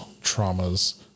traumas